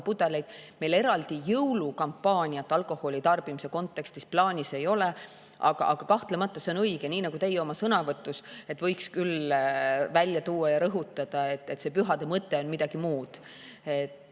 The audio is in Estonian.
pudeleid, meil eraldi jõulukampaaniat alkoholi tarbimise kontekstis plaanis ei ole. Aga kahtlemata on see õige, nii nagu teie oma sõnavõtus [ütlesite], et võiks küll välja tuua ja rõhutada, et pühade mõte on midagi muud: